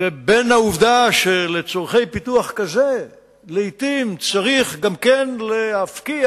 לבין העובדה שלצורכי פיתוח כזה לעתים צריך להפקיע